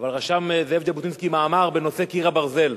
אבל רשם זאב ז'בוטינסקי מאמר בנושא "קיר הברזל".